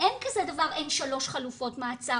אין כזה דבר שאין שלוש חלופות מעצר.